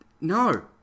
No